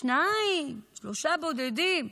שניים, שלושה בודדים,